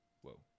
whoa